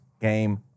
game